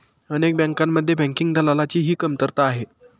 अनेक बँकांमध्ये बँकिंग दलालाची ही कमतरता आहे